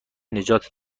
نجات